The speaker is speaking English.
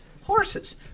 horses